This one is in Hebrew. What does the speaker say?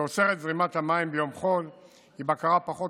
שעוצר את זרימת המים ביום חול היא בקרה פחות